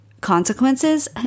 consequences